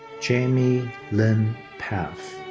jamie lynn pfaff.